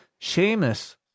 Seamus